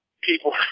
people